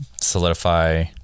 solidify